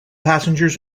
passengers